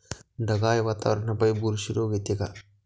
ढगाळ वातावरनापाई बुरशी रोग येते का?